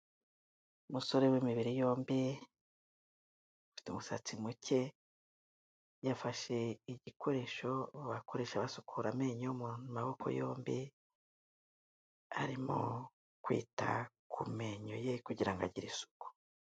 Umusore w'imibiri yombi, ufite umusatsi muke, yafashe igikoresho bakoresha basukura amenyo mu maboko yombi, arimo kwita ku menyo ye kugira ngo agire isuku.